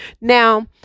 Now